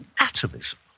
atomism